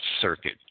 circuit